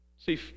See